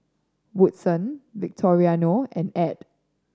Woodson Victoriano and Add